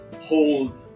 hold